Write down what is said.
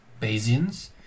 Bayesians